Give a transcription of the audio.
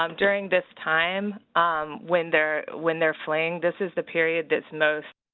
um during this time when they're when they're fleeing, this is the period that's most